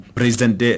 president